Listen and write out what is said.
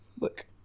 look